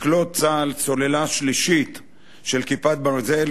יקלוט צה"ל סוללה שלישית של "כיפת ברזל",